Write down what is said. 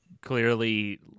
clearly